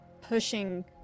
pushing